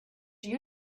you